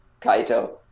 Kaito